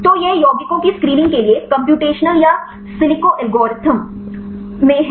तो यह यौगिकों की स्क्रीनिंग के लिए कम्प्यूटेशनल या सिलिको एल्गोरिथ्म में है